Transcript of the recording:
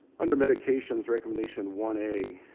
under medications, recommendation one a,